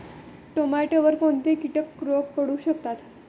टोमॅटोवर कोणते किटक रोग पडू शकतात?